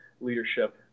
leadership